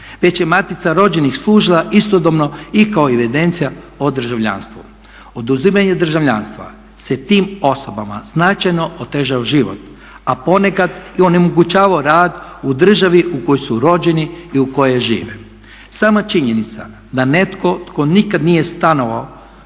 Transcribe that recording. već je matica rođenih služila istodobno i kao evidencija o državljanstvu. Oduzimanjem državljanstva se tim osobama značajno otežao život, a ponekad i onemogućavao rad u državi u kojoj su rođeni i u kojoj žive. Sama činjenica da netko tko nije nikad stanovao